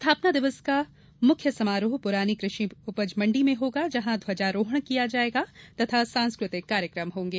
स्थापना दिवस का मुख्य समारोह पुरानी कृषि उपज मंडी में होगा जहां ध्वजारोहण किया जाएगा तथा सांस्कृतिक कार्यक्रम होगें